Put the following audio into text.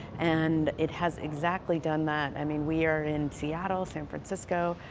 and it has exactly done that. i mean we are in seattle, san francisco,